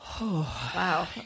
Wow